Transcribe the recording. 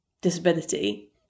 disability